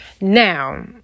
Now